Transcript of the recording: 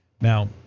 Now